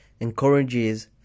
encourages